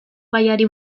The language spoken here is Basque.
gaiari